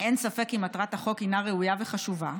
אין ספק כי מטרת החוק היא ראויה וחשובה,